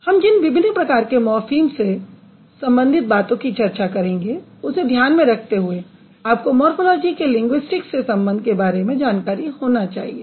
हम जिन विभिन्न प्रकार के मॉर्फ़िम्स से संबंधित बातों की चर्चा करेंगे उसे ध्यान में रखते हुये आपको मॉर्फोलॉजी के लिंगुइस्टिक्स से संबंध के बारे में जानकारी होना चाहिये